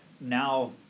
now